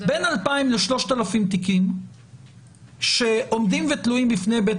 בין 2,000 ל-3,000 תיקים שעומדים ותלויים בפני בית